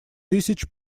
тысяч